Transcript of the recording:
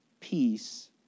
peace